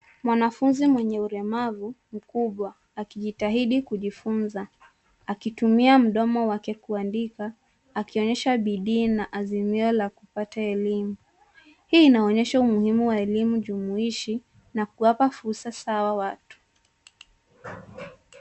Mwanafunzi mwenye ulemavu, mkubwa akijitahidi kujifunza akitumia mdomo wake kuandika akionyesha bidii na azimio la kupata elimu. Hii inaonyesha umuhimu wa elimu jumuishi na kuwapa fursa sawa watu.